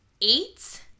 Eight